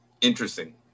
interesting